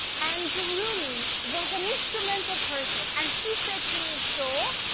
and jarumi was an instrumental person. and he said to me, sol,